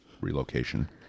relocation